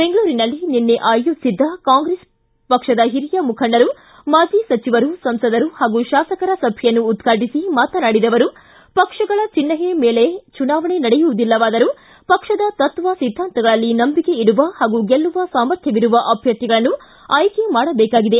ಬೆಂಗಳೂರಿನಲ್ಲಿ ನಿನ್ನೆ ಆಯೋಜಿಸಿದ್ದ ಕಾಂಗ್ರೆಸ್ ಪಕ್ಷದ ಹಿರಿಯ ಮುಖಂಡರು ಮಾಜಿ ಸಚಿವರು ಸಂಸದರು ಹಾಗೂ ಶಾಸಕರ ಸಭೆಯನ್ನು ಉದ್ರಾಟು ಮಾತನಾಡಿದ ಅವರು ಪಕ್ಷಗಳ ಚಿಹ್ನೆಯ ಮೇಲೆ ಚುನಾವಣೆ ನಡೆಯುವುದಿಲ್ಲವಾದರೂ ಪಕ್ಷದ ತತ್ವ ಸಿದ್ಧಾಂತಗಳಲ್ಲಿ ನಂಬಿಕೆ ಇಡುವ ಹಾಗೂ ಗೆಲ್ಲುವ ಸಾಮರ್ಥ್ಯವಿರುವ ಅಭ್ವರ್ಥಿಗಳನ್ನು ಆಯ್ಕೆ ಮಾಡಬೇಕಾಗಿದೆ